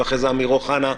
אחרי זה אמיר אוחנה.